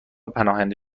پناهنده